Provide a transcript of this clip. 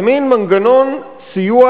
זה מין מנגנון סיוע,